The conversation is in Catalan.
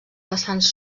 vessants